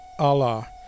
Allah